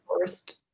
first